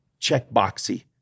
checkboxy